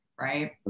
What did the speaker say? right